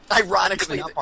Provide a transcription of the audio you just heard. Ironically